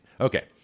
okay